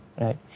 right